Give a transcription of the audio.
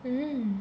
mm